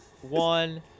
One